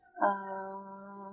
um